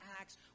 Acts